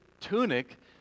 tunic